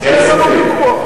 אין ספק,